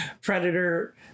Predator